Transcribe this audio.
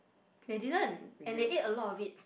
they didn't and they ate a lot of it